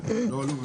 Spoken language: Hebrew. לא, לא.